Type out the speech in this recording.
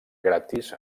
gratis